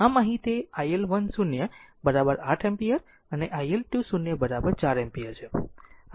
આમ અહીં તે iL1 0 8 એમ્પીયર અને iL2 0 4 એમ્પીયર છે